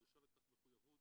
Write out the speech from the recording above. נדרשה לכך מחויבות,